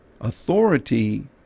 authority